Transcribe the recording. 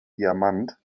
diamant